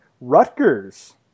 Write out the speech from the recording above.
Rutgers